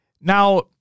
Now